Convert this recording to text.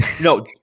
No